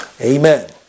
Amen